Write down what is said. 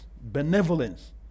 benevolence